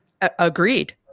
Agreed